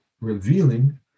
revealing